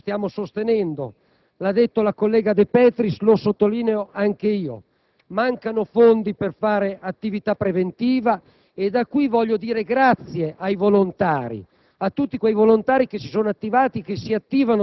Si dice che mancano risorse: è vero, lo stiamo sostenendo, lo ha detto la collega De Petris e lo sottolineo anch'io. Mancano fondi per fare attività preventiva e colgo l'occasione per dire grazie a tutti i volontari